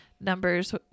numbers